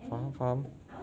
faham faham